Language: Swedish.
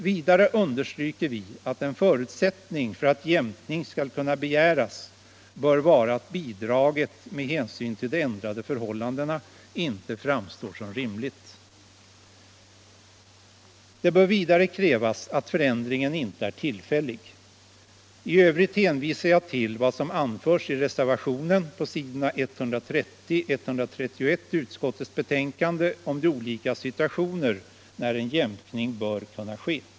Vidare understryker vi att en förutsättning för att jämkning skall kunna begäras bör vara att bidraget med hänsyn till de ändrade förhållanena inte framstår som rimligt. Det bör också krävas att förändringen inte är tillfällig. I övrigt hänvisar jag till vad som anförs i reservationen på s. 130 och 131 i utskottets betänkande om de olika situationer då en jämkning bör kunna ske.